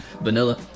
vanilla